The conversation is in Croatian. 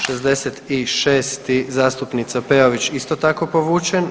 66. zastupnica Peović, isto tako povučen.